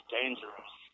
dangerous